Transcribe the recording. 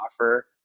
offer